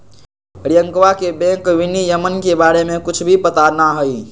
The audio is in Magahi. रियंकवा के बैंक विनियमन के बारे में कुछ भी पता ना हई